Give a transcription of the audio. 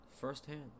firsthand